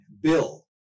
bill